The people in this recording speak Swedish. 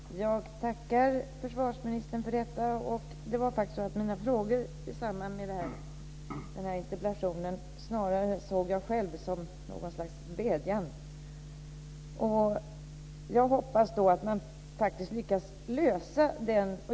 Herr talman! Jag tackar försvarsministern för detta. Jag såg faktiskt själv mina frågor i samband med den här interpellationen snarare som någon slags vädjan. Jag hoppas att man faktiskt lyckas lösa detta.